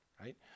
Right